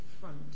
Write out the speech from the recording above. front